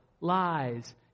lies